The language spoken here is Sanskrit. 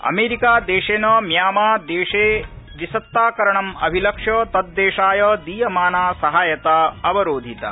अमेरिका देशेन म्यामां देशे विसत्ताकरणम् अभिलक्ष्य तद्देशाय दीयमाना सहायता अवरोधिता